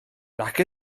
nac